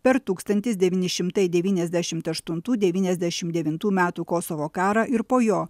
per tūkstantis devyni šimtai devyniasdešimt aštuntų devyniasdešim devintų kosovo karą ir po jo